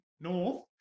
north